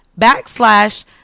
backslash